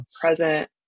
present